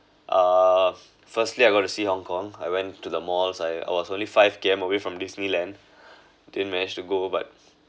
uh firstly I got to see Hong-Kong I went to the malls I was only five K_M away from disneyland didn't manage to go but